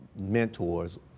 mentors